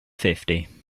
fifty